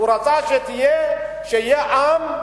הוא רצה שיהיה עם,